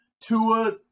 Tua